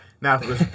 now